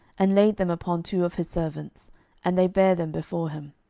and laid them upon two of his servants and they bare them before him.